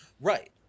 Right